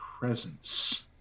presence